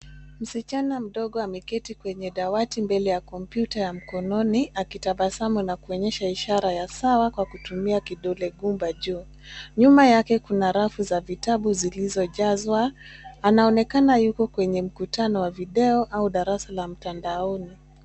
Msichana mdogo ameketi kwenye dawati mbele ya kompyuta ya mkononi akitabasamu na kuonyesha ishara ya sawa kwa kutumia kidole gumba juu. Nyuma yake kuna rafu za vitabu zilizojazwa. Anaoekana yuko kwenye mkutano wa video au darasa la mtandaoni.